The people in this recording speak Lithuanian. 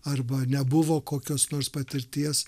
arba nebuvo kokios nors patirties